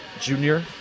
junior